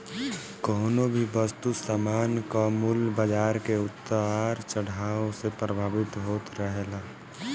कवनो भी वस्तु सामान कअ मूल्य बाजार के उतार चढ़ाव से प्रभावित होत रहेला